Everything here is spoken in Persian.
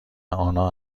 آنا